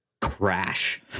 crash